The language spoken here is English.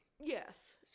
Yes